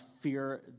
fear